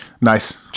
Nice